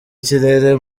kirere